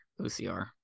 OCR